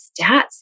stats